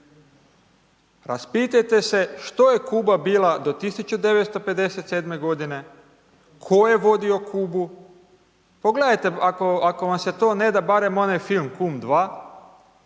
Raspitajte se što je Kuba bila do 1957. godine, ko je vodio Kubu, pogledajte ako vam se to ne da barem onaj film Kum II